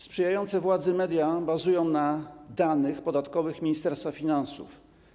Sprzyjające władzy media bazują na danych podatkowych Ministerstwa Finansów.